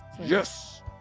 yes